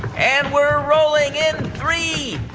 and we're rolling in three,